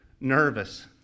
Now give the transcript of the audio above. nervous